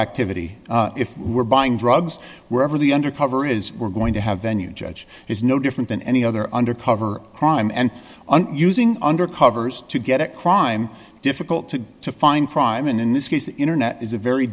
activity if we're buying drugs wherever the undercover there is we're going to have venue judge is no different than any other undercover crime and on using undercovers to get at crime difficult to to find crime and in this case the internet is a very